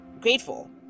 grateful